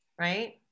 right